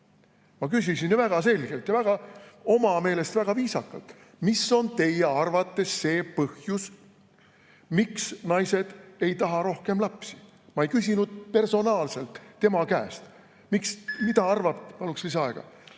Ma küsisin väga selgelt ja oma meelest väga viisakalt, et mis on tema arvates see põhjus, miks naised ei taha rohkem lapsi. Ma ei küsinud personaalselt tema käest. Mida arvab …Paluksin lisaaega.